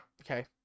Okay